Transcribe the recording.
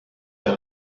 der